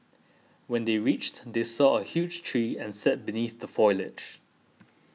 when they reached they saw a huge tree and sat beneath the foliage